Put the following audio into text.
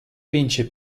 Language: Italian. vince